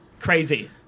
crazy